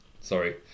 sorry